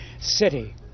city